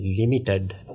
limited